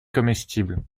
comestibles